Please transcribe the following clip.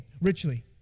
richly